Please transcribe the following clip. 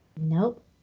Nope